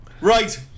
Right